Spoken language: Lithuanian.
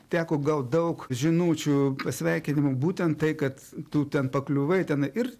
teko gaut daug žinučių pasveikinimų būtent tai kad tu ten pakliuvai tenai ir